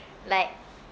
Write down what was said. like